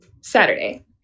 Saturday